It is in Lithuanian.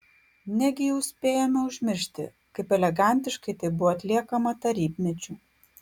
negi jau spėjome užmiršti kaip elegantiškai tai buvo atliekama tarybmečiu